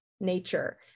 nature